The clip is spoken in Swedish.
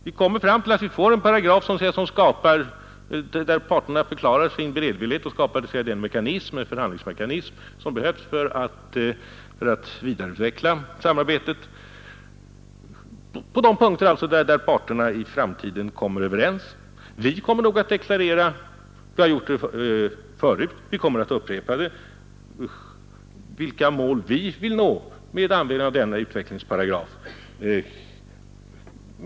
Vi får en paragraf i vilken parterna förklarar sin beredvillighet och skapar den förhandlingsmekanism som behövs för att vidareutveckla samarbetet på de punkter där parterna i framtiden kommer överens. Vi kommer att upprepa vad vi tidigare deklarerat, nämligen vilka mål vi vill nå med denna utvecklingsparagraf.